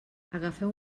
agafeu